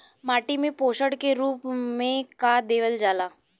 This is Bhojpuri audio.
माटी में पोषण के रूप में का देवल जाला?